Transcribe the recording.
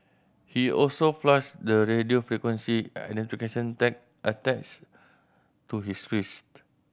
he also flushed the radio frequency identification tag attached to his wrist